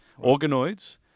Organoids